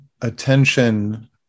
attention